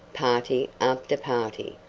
party after party,